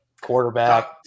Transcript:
Quarterback